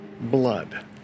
blood